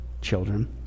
children